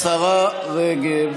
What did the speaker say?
השרה רגב.